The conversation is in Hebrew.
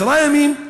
עשרה ימים,